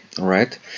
right